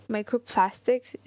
Microplastics